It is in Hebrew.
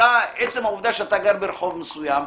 עצם העובדה שאתה גר ברחוב מסוים,